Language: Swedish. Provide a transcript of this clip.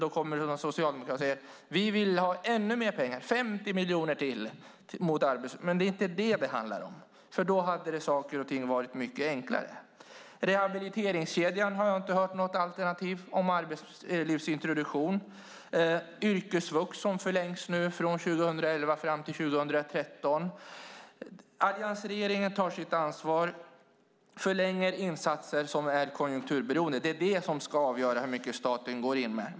Då kommer Socialdemokraterna och säger: Vi vill ha ännu mer pengar, 50 miljoner till mot arbetslösheten. Det är inte vad det handlar om. Då hade saker och ting varit mycket enklare. Jag har inte hört något om ett alternativ till rehabiliteringskedjan och arbetslivsintroduktion. Yrkesvux förlängs nu från 2011 fram till 2013. Alliansregeringen tar sitt ansvar och förlänger insatser som är konjunkturberoende. Det är vad som ska avgöra hur mycket staten går in med.